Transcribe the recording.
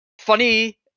funny